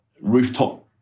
rooftop